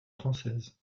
française